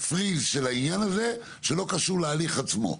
פריז של העניין הזה שלא קשור להליך עצמו.